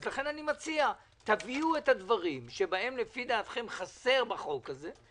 אז אני מציע תביאו את הדברים שלדעתכם חסר בחוק הזה.